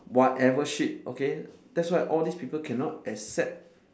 whatever shit okay that's why all this people cannot accept